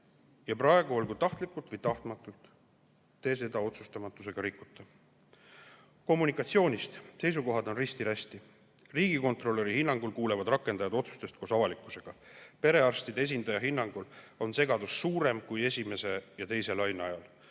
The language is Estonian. Praegu, olgu tahtlikult või tahtmatult, te seda otsustamatusega rikute. Kommunikatsioonist. Seisukohad on risti-rästi. Riigikontrolöri hinnangul kuulevad rakendajad otsustest koos avalikkusega. Perearstide esindaja hinnangul on segadus suurem kui esimese ja teise laine ajal.